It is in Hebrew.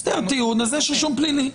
הסדר טיעון, יש רישום פלילי?